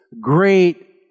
great